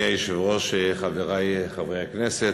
אדוני היושב-ראש, חברי חברי הכנסת,